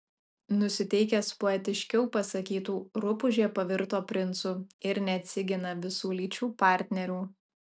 nusiteikęs poetiškiau pasakytų rupūžė pavirto princu ir neatsigina visų lyčių partnerių